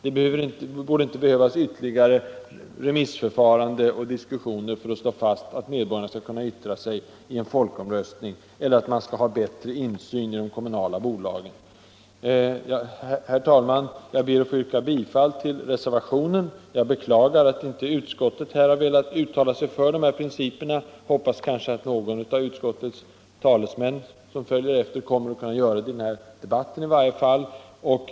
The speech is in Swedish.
Det borde inte behövas ytterligare remissförfarande och diskussioner för att slå fast att medborgarna skall kunna yttra sig i en folkomröstning eller att man skall ha bättre insyn i de kommunala bolagen. Herr talman! Jag ber att få yrka bifall till reservationen. Jag beklagar att inte utskottet har velat uttala sig för dessa principer, men jag hoppas att någon av utskottets talesmän kommer att kunna göra det i den här debatten i varje fall.